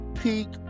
peak